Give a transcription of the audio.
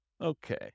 Okay